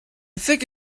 think